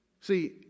See